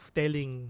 telling